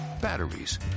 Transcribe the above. batteries